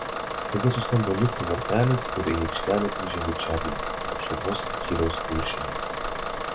staiga suskambo lifto varpelis ir į aikštelę įžengė čarlis apsaugos skyriaus viršininkas